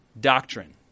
Doctrine